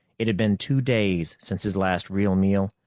it had been two days since his last real meal,